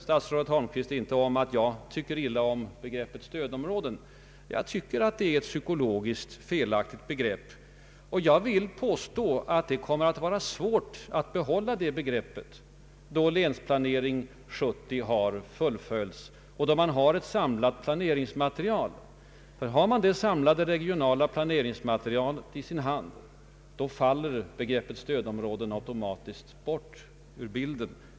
Statsrådet Holmqvist tyckte inte om att jag vill ha bort begreppet ”stödområden”. Jag vidhåller att det är ett psykologiskt felaktigt begrepp. Jag vågar påstå att det kommer att bli svårt att behålla det begreppet, då Länsplanering 70 har fullföljts och då man har ett samlat planeringsmaterial. Har man det samlade regionala planeringsmaterialet i sin hand, kommer begreppet stödområde automatiskt bort ur bilden.